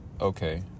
Okay